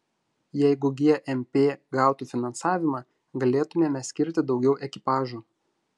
jeigu gmp gautų finansavimą galėtumėme skirti daugiau ekipažų